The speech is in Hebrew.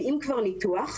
אם כבר ניתוח,